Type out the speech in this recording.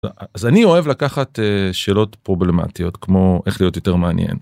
אז אני אוהב לקחת שאלות פרובלמטיות כמו איך להיות יותר מעניין.